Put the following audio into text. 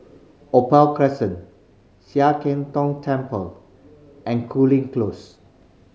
Opal Crescent Sian Keng Tong Temple and Cooling Close